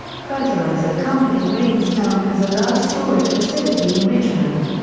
fertiliser company ravensdown has a large storage facility in richmond.